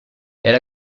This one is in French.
elle